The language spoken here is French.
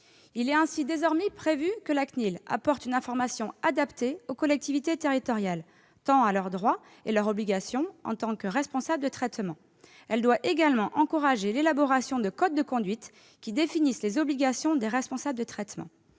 Il est prévu désormais que cette commission « apporte une information adaptée aux collectivités territoriales » quant à leurs droits et obligations en tant que responsables de traitements. Elle doit également encourager l'élaboration de codes de conduite qui définissent les obligations des responsables de traitements.